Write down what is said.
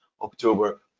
October